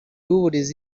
w’uburezi